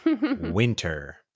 winter